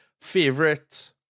favorite